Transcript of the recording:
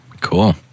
Cool